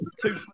two